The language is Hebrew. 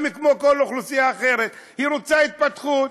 גם היא, כמו אוכלוסייה אחרת, רוצה התפתחות.